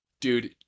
Dude